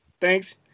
Thanks